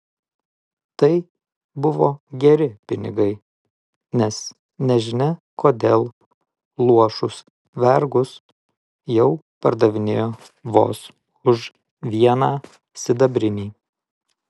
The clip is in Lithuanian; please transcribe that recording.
tai buvo geri pinigai nes nežinia kodėl luošus vergus jau pardavinėjo vos už vieną sidabrinį